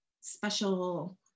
special